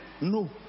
no